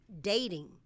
dating